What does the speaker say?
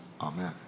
amen